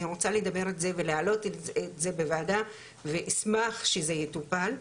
רוצה לדבר על זה ולהעלות את זה בוועדה ואשמח שזה יטופל,